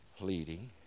leading